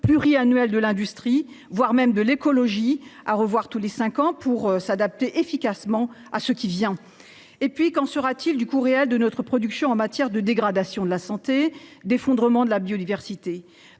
pluriannuelle de l'industrie, voire de l'écologie, à revoir tous les cinq ans, pour nous adapter efficacement à ce qui vient. De plus, quel sera le coût réel de notre production en matière de dégradation de la santé et d'effondrement de la biodiversité ?